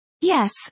yes